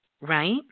right